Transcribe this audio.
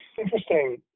interesting